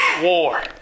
war